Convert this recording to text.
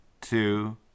two